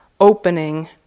opening